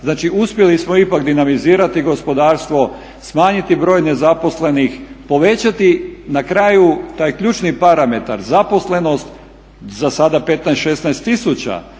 Znači uspjeli smo ipak dinamizirati gospodarstvo, smanjiti broj nezaposlenih, povećati na kraju taj ključni parametar zaposlenost za sada 1, 16 tisuća,